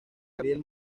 gabriel